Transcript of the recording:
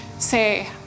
say